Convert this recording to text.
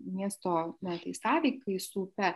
miesto na tai sąveikai su upe